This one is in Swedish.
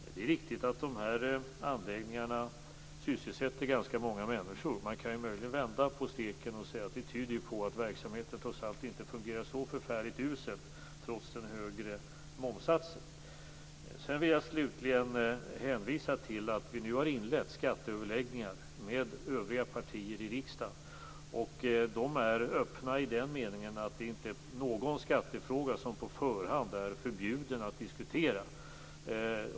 Det är riktigt att anläggningarna sysselsätter ganska många människor. Man kan möjligen vända på steken och säga att det tyder på att verksamheten trots allt inte fungerar så förfärligt uselt trots den högre momssatsen. Vi har nu inlett skatteöverläggningar med övriga partier i riksdagen. Överläggningarna är öppna i den meningen att det inte finns någon skattefråga som på förhand är förbjuden att diskuteras.